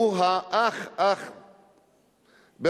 שהוא אח ברפואה,